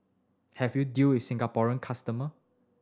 have you dealt with the Singaporean customer